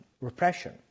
repression